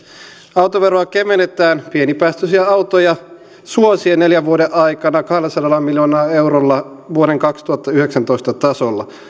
autoveroa kevennetään pienipäästöisiä autoja suosien neljän vuoden aikana kahdellasadalla miljoonalla eurolla vuoden kaksituhattayhdeksäntoista tasolla